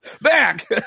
back